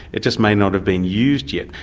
it just may not have been used yet.